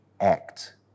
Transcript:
act